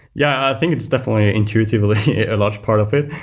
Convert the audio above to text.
yeah. i think it's definitely intuitively a large part of it.